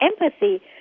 empathy